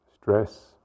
stress